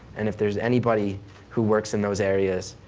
and if there's anybody who works in those areas,